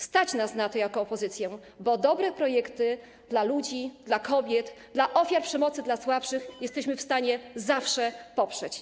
Stać nas na to jako opozycję, bo dobre projekty dla ludzi, dla kobiet, dla ofiar przemocy, dla słabszych jesteśmy zawsze w stanie poprzeć.